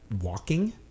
walking